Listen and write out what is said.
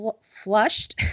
flushed